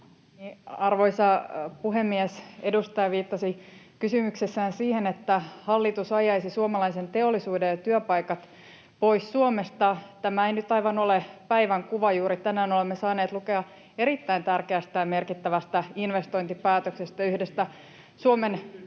Arvoisa puhemies! Edustaja viittasi kysymyksessään siihen, että hallitus ajaisi suomalaisen teollisuuden ja työpaikat pois Suomesta. Tämä ei nyt aivan ole päivän kuva. Juuri tänään olemme saaneet lukea erittäin tärkeästä ja merkittävästä investointipäätöksestä, [Mauri